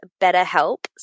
BetterHelp